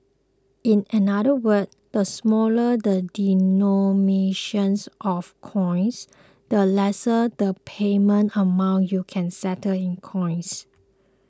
in another words the smaller the denominations of coins the lesser the payment amount you can settle in coins